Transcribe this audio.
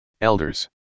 Elders